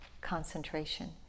concentration